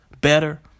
better